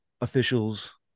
officials